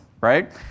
right